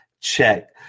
Check